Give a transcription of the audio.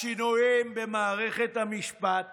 השינויים במערכת המשפט